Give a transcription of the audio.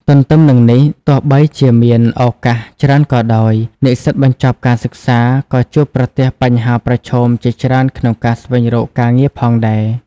ទន្ទឹមនិងនេះទោះបីជាមានឱកាសច្រើនក៏ដោយ និស្សិតបញ្ចប់ការសិក្សាក៏ជួបប្រទះបញ្ហាប្រឈមជាច្រើនក្នុងការស្វែងរកការងារផងដែរ។